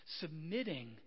submitting